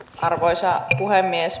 arvoisa puhemies